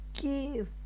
give